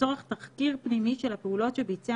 לצורך תחקיר פנימי של הפעולות שביצע